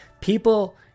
people